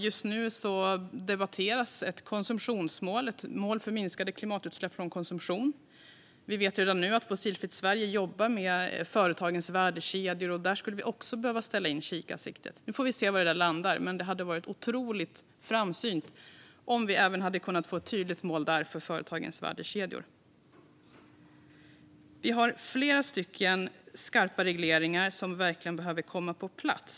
Just nu debatteras ett konsumtionsmål, ett mål för minskade klimatutsläpp från konsumtion. Vi vet redan nu att Fossilfritt Sverige jobbar med företagens värdekedjor. Där skulle vi också behöva ställa in kikarsiktet. Vi får se var detta landar. Men det hade varit otroligt framsynt om vi även där hade kunnat få ett tydligt mål för företagens värdekedjor. Vi har flera skarpa regleringar som verkligen behöver komma på plats.